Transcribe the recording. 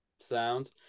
sound